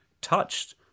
touched